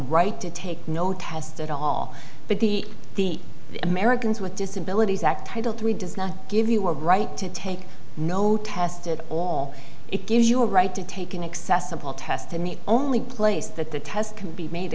right to take no test at all but the the americans with disabilities act title three does not give you a right to take no tested all it gives you a right to take an accessible test and the only place that the test can be made